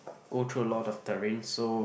go through a lot of terrains so